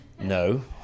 no